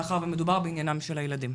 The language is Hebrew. מאחר ומדובר בעניינם של הילדים.